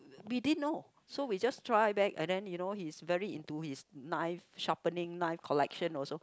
we didn't know so we just try back and then you know he's very into his knife sharpening knife collection also